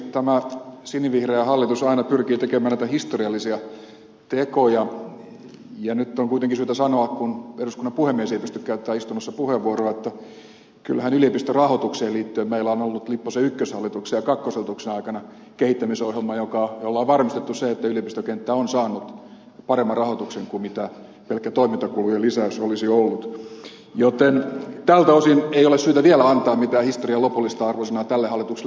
tämä sinivihreä hallitus aina pyrkii tekemään näitä historiallisia tekoja ja nyt on kuitenkin syytä sanoa kun eduskunnan puhemies ei pysty käyttämään istunnossa puheenvuoroa että kyllähän yliopistorahoitukseen liittyen meillä on ollut lipposen ykköshallituksen ja kakkoshallituksen aikana kehittämisohjelma jolla on varmistettu se että yliopistokenttä on saanut paremman rahoituksen kuin mitä pelkkä toimintakulujen lisäys olisi ollut joten tältä osin ei ole syytä vielä antaa mitään historian lopullista arvosanaa tälle hallitukselle